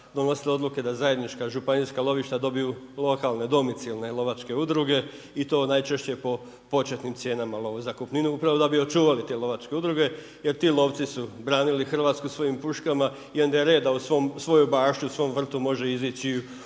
donosila odluke da zajednička županijska lovišta dobiju lokalne domicilne lovačke udruge i to najčešće po početnim cijenama lovozakupnine upravo da bi očuvali te lovačke udruge jer ti lovci su branili Hrvatsku svojim puškama i onda je red da u svojoj bašči svojem vrtu može izići